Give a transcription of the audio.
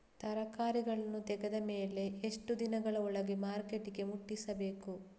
ತರಕಾರಿಗಳನ್ನು ತೆಗೆದ ಮೇಲೆ ಎಷ್ಟು ದಿನಗಳ ಒಳಗೆ ಮಾರ್ಕೆಟಿಗೆ ಮುಟ್ಟಿಸಬೇಕು?